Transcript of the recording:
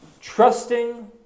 Trusting